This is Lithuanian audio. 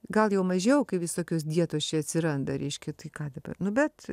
gal jau mažiau kai visokios dietos čia atsiranda reiškia tai ką dabar nu bet